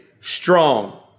strong